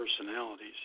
personalities